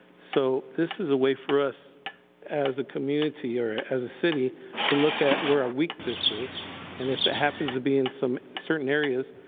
so, this is a way for us as a community or as a city to look at where our weakness is and if it happens to be in certain areas,